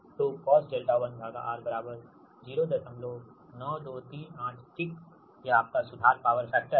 तो cos 𝛿1R 09238ठीक यह आपका सुधार पॉवर फैक्टर है